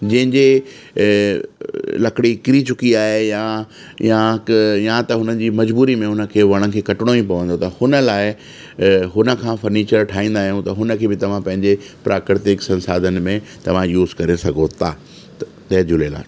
जंहिंजे लकिड़ी किरी चुकी आहे या या की या त उन्हनि जी मजबूरी में उनखे वणनि केंहिं कटिणो ई पवंदो त हुन लाइ हुनखां फर्नीचर ठाहींदा आहियूं त हुनखे बि तव्हां पंहिंजे प्राकृतिक संसाधन में तव्हां यूस करे सघो था जय झूलेलाल